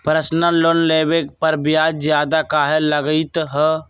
Personal loan लेबे पर ब्याज ज्यादा काहे लागईत है?